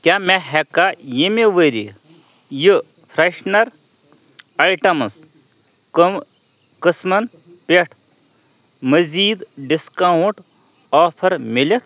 کیٛاہ مےٚ ہیٚکایٛاہ ییٚمہِ ؤرۍ یہِ یہِ فرٛیٚشنَر آیٹمٕز کٕم قسٕمن پٮ۪ٹھ مزیٖد ڈسکاونٛٹ آفر میٖلِتھ